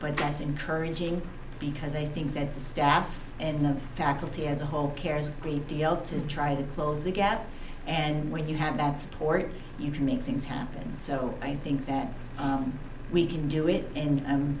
but that's encouraging because i think that the staff and the faculty as a whole cares a great deal to try to close the gap and when you have that support you can make things happen so i think that we can do it and i'm